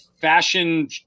fashion